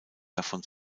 davon